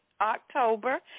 October